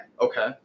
Okay